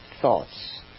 thoughts